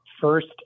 first